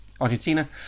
Argentina